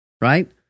right